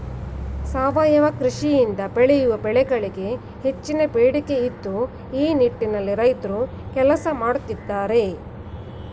ಸಾವಯವ ಕೃಷಿಯಿಂದ ಬೆಳೆಯುವ ಬೆಳೆಗಳಿಗೆ ಹೆಚ್ಚಿನ ಬೇಡಿಕೆ ಇದ್ದು ಈ ನಿಟ್ಟಿನಲ್ಲಿ ರೈತ್ರು ಕೆಲಸ ಮಾಡತ್ತಿದ್ದಾರೆ